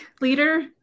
leader